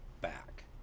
back